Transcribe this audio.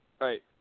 Right